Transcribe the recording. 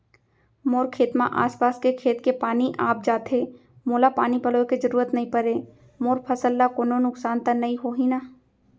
मोर खेत म आसपास के खेत के पानी आप जाथे, मोला पानी पलोय के जरूरत नई परे, मोर फसल ल कोनो नुकसान त नई होही न?